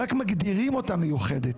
רק מגדיר אותה מיוחדת.